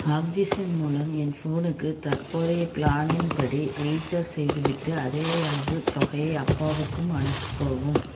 oxygen மூலம் என் ஃபோனுக்கு தற்போதைய ப்ளானின் படி ரீசார்ஜ் செய்துவிட்டு அதே அளவு தொகையை அப்பாவுக்கும் அனுப்பவும்